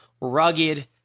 rugged